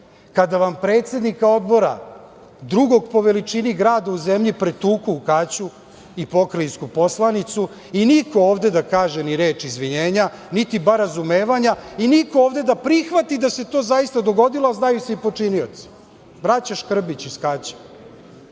kada vam predsednika odbora, drugog po veličini grada u zemlji pretuku u Kaću i pokrajinsku poslanicu i niko ovde da kaže ni reč izvinjenja, niti bar razumevanja, i niko ovde da prihvati da se to zaista dogodilo, a znaju se i počinioci, braća Škrbić iz Kaća.